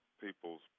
people's